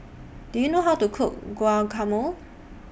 Do YOU know How to Cook Guacamole